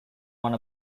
one